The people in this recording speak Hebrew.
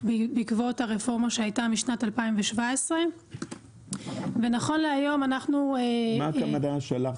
בעקבות הרפורמה שהייתה משנת 2017. מה הכוונה שלך